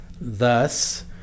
thus